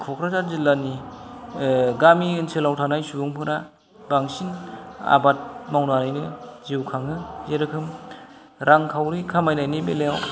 क'क्राझार जिल्लानि गामि ओनसोलाव थानाय सुबुंफोरा बांसिन आबाद मावनानैनो जिउ खाङो जेरोखोम रांखावरि खामायनायनि बेलायाव